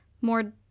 more